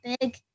big